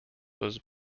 was